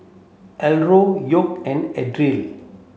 Eldora York and Adriel